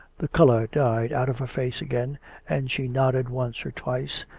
the colour died out of her face again and she nodded once or twice,